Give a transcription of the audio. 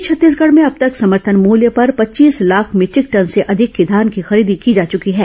इस बीच छत्तीसगढ़ में अब तक समर्थन मूल्य पर पच्चीस लाख भीटरिक टन से अधिक की धान खरीदी की जा चुकी है